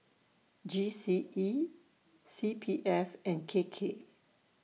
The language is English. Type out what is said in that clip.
G C E C P F and K K